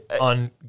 on